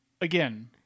again